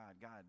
God